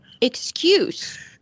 excuse